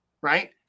Right